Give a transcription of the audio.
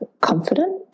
confident